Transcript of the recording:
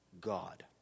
God